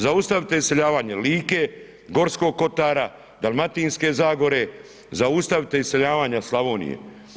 Zaustavite iseljavanje Like, Gorskog kotara, Dalmatinske zagore, zaustavite iseljavanje Slavonije.